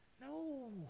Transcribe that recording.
no